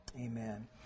Amen